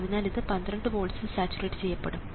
അതിനാൽ ഇത് 12 വോൾട്സ്ൽ സാച്ചുറേറ്റ് ചെയ്യപ്പെടും